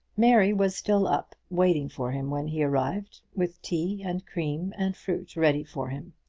mary was still up, waiting for him when he arrived, with tea, and cream, and fruit ready for him.